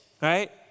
right